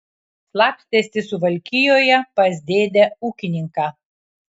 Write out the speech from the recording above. slapstėsi suvalkijoje pas dėdę ūkininką